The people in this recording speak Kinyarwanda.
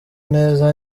neza